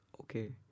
okay